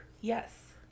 Yes